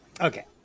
Okay